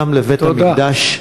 כניסתם לבית-המקדש.